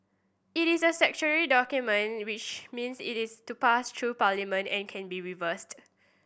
it is a statutory document which means it is to pass through Parliament and can be revised